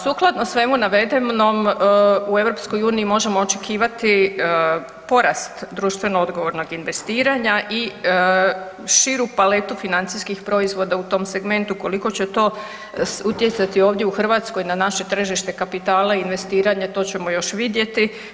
Sukladno svemu navedenom u EU možemo očekivati porast društveno odgovornog investiranja i širu paletu financijskih proizvoda u tom segmentu, koliko će to utjecati ovdje u Hrvatskoj na naše tržište kapitala i investiranje, to ćemo još vidjeti.